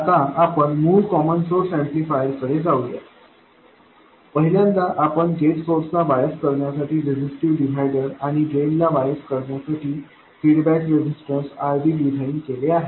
आता आपण मूळ कॉमन सोर्स ऍम्प्लिफायर कडे जाऊया पहिल्यांदा आपण गेट सोर्स ला बायस करण्यासाठी रेजिस्टिव्ह डिव्हायडर आणि ड्रेन ला बायस करण्यासाठी फीडबॅक रेझिस्टर RD डिझाइन केले आहे